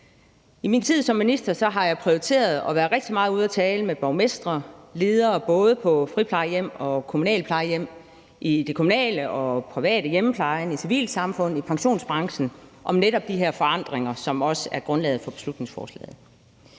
I min tid som minister har jeg prioriteret at være rigtig meget ude og tale med borgmestre og ledere på både friplejehjem og kommunale plejehjem samt i den kommunale og den private hjemmepleje, i civilsamfundet og i pensionsbranchen om netop de her forandringer, som også er grundlaget for beslutningsforslaget.